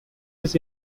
his